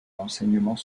l’enseignement